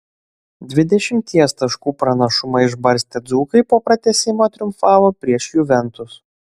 dvidešimties taškų pranašumą išbarstę dzūkai po pratęsimo triumfavo prieš juventus